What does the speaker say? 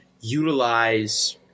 utilize